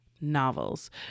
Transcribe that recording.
novels